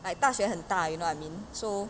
like 大学很大 you know I mean so